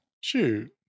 Shoot